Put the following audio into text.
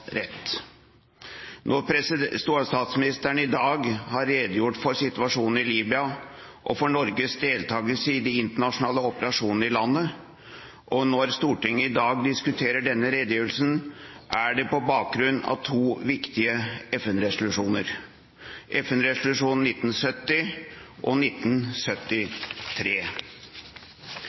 rett. Når statsministeren i dag har redegjort for situasjonen i Libya og for Norges deltakelse i de internasjonale operasjonene i landet, og når Stortinget i dag diskuterer denne redegjørelsen, er det på bakgrunn av to viktige FN-resolusjoner – FN-resolusjon 1970 og FN-resolusjon 1973.